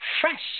fresh